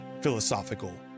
Philosophical